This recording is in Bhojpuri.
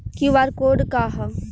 क्यू.आर कोड का ह?